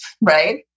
right